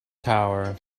tower